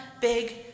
big